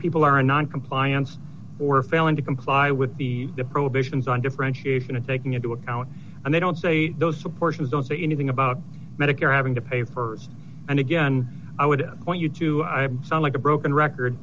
people are noncompliance or failing to comply with the prohibitions on differentiation and taking into account and they don't say those supporters don't say anything about medicare having to pay for it and again i would point you to sound like a broken record